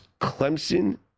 Clemson